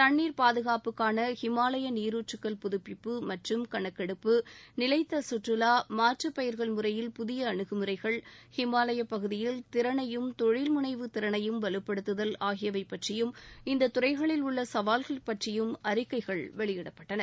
தண்ணீர் பாதுகாப்புக்கான ஹிமாலய நீரூற்றுக்கள் புதப்பிப்பு மற்றும் கணக்கெடுப்பு நிலைத்த கற்றுலா மாற்று பயிர்கள் முறையில் புதிய அனுகுமுறைகள் ஹிமாவய பகுதியில் திறனையும் தொழில்முனைவு திறனையும் வலுப்படுத்துதல் ஆகியவை பற்றியும் இந்த துறைகளில் உள்ள சாவல்கள் பற்றியும் அறிக்கைகள் வெளியிடப்பட்டன